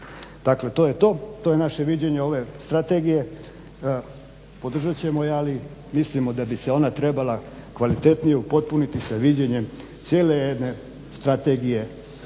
Dakle, to je to, to je naše viđenje ove strategije. Podržat ćemo je, ali mislimo da bi se ona trebala kvalitetnije upotpuniti sa viđenjem cijele jedne strategije